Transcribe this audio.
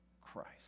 Christ